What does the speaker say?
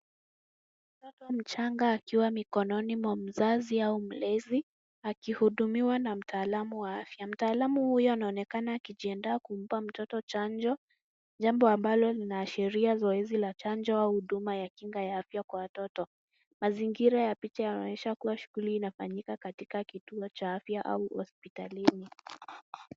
Mtoto mchanga akiwa mikononi mwa mzazi au mlezi akihudumiwa na mtaalamu wa afya. Mtaalamu huyo anaonekana akijiandaa kumpea mtoto chanjo, jambo ambalo linaashiria zoezi ya kupeana chanjo au huduma ya kinga ya afya kwa watoto. Mazingira ya picha inaonyesha kuwa shughuli inafanyika katika kituo cha afya au hospitalini.